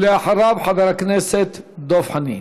ואחריו, חבר הכנסת דב חנין.